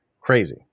crazy